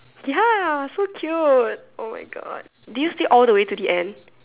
ya so cute oh my God did you stay all the way to the end